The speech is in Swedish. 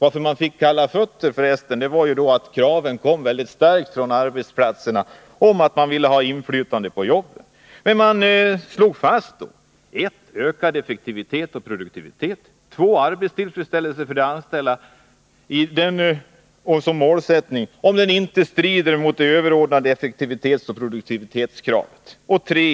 Att man fick kalla Nr 34 fötter berodde på att det kom mycket starka krav från arbetsplatserna om inflytande på jobben. SAF slog fast målen: 2. Arbetstillfredsställelse för de anställda i den mån målsättningen inte strider mot det överordnade effektivitetsoch produktivitetskravet. 3.